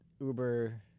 Uber